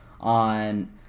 on